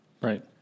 Right